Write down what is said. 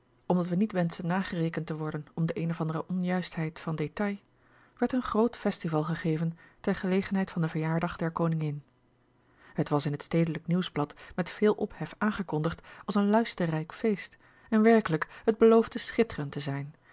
omdat wij niet wenschen nagerekend te worden om de eene of andere onjuistheid van détail werd een groot festival gegeven ter gelegenheid van den verjaardag der koningin het was in het stedelijk nieuwsblad met veel ophef aangekondigd als een luisterrijk feest en werkelijk het beloofde schitterend te zijn